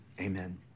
amen